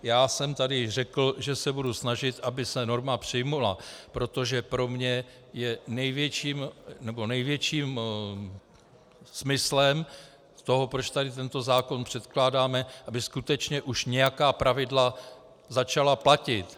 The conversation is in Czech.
Já jsem tady již řekl, že se budu snažit, aby se norma přijala, protože pro mě je největším smyslem toho, proč tady tento zákon předkládáme, aby skutečně už nějaká pravidla začala platit.